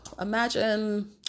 imagine